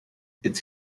its